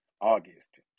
August